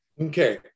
okay